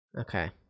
Okay